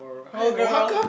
oh girl